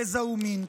גזע ומין.